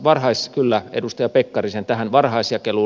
kyllä edustaja pekkarinen